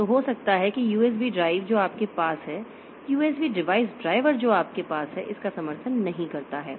तो हो सकता है कि USB ड्राइव जो आपके पास है USB डिवाइस ड्राइवर जो आपके पास है इसका समर्थन नहीं करता है